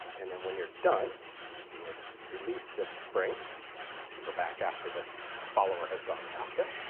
and then when you're done you would release this spring to go back after this follower has gone past it,